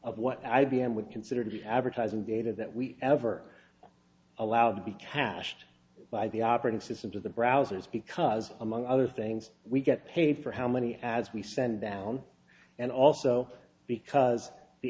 of what i b m would consider to be advertising data that we ever allowed to be cached by the operating systems of the browsers because among other things we get paid for how many as we send down and also because the